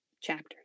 chapters